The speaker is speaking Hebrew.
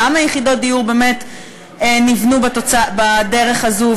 כמה יחידות דיור נבנו באמת בדרך הזאת,